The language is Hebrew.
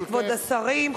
כבוד השרים,